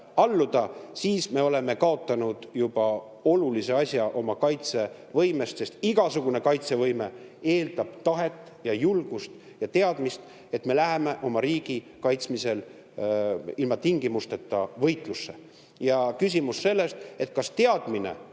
Siis me oleksime kaotanud väga olulise osa oma kaitsevõimest, sest igasugune kaitsevõime eeldab tahet, julgust ja teadmist, et me läheme oma riigi kaitsmisel ilma tingimusteta võitlusse. Ja küsimus sellest, kas vastasel